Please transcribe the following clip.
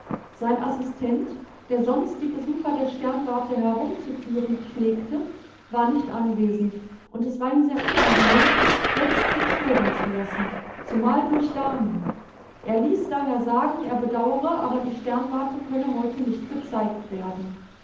sein assistent der sonst die besucher der sternwarte herumzuführen pflegte war nicht anwesend und es war ihm sehr unangenehm jetzt sich stören zu lassen zumal durch damen er ließ daher sagen er bedauere aber die sternwarte könne heute nicht gezeigt werden